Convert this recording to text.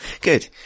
good